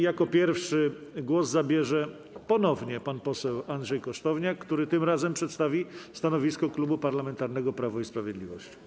Jako pierwszy głos zabierze ponownie pan poseł Andrzej Kosztowniak, który tym razem przedstawi stanowisko Klubu Parlamentarnego Prawo i Sprawiedliwość.